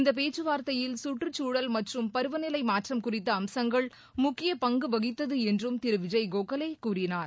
இந்த பேச்சுவார்த்தையில் சுற்றுச்சூழல் மற்றும் பருவநிலை மாற்றம் குறித்த அம்சங்கள் முக்கிய பங்கு வகித்தது என்றும் திரு விஜய் கோகலே கூறினார்